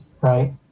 Right